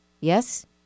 Yes